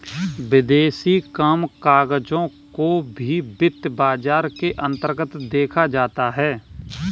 विदेशी कामकजों को भी वित्तीय बाजार के अन्तर्गत देखा जाता है